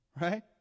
Right